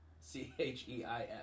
C-H-E-I-F